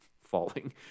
falling